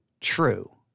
True